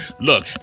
look